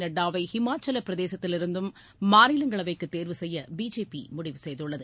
நட்டாவை ஹிமாசலப்பிரதேசத்திலிருந்தும் மாநிலங்களவைக்கு தேர்வு செய்ய பிஜேபி முடிவு செய்துள்ளது